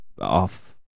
off